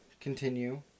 continue